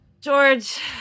George